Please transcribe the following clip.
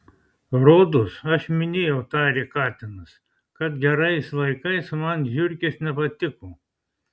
rodos aš minėjau tarė katinas kad gerais laikais man žiurkės nepatiko